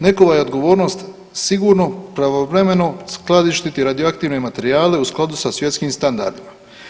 NEK-ova je odgovornost sigurno pravovremeno skladištiti radioaktivne materijale u skladu sa svjetskim standardima.